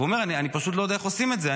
הוא אומר: אני פשוט לא יודע איך עושים את זה.